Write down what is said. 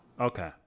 Okay